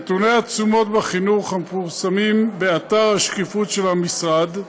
נתוני התשומות בחינוך המתפרסמים באתר השקיפות של המשרד,